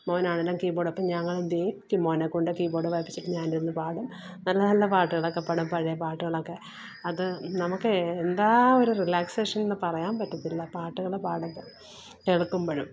മോനാണേലും കീബോഡൊക്കെ ഞങ്ങൾ എന്തെയ്യും മോനെ കൊണ്ട് കീബോഡ് വായിപ്പിച്ചിട്ട് ഞാനിരുന്നു പാടും നല്ല നല്ല പാട്ടുകളൊക്കെ പാടും പഴയ പാട്ടുകളൊക്കെ അത് നമുക്ക് എന്താ ഒരു റിലാക്സേഷന്ന്ന് പറയാന് പറ്റത്തില്ല പാട്ടുകൾ പാടുമ്പോൾ കേൾക്കുമ്പോഴും